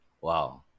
Wow